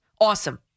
Awesome